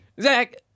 zach